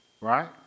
right